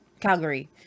Calgary